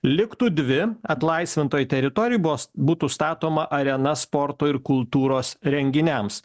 liktų dvi atlaisvintoj teritorijoj bus būtų statoma arena sporto ir kultūros renginiams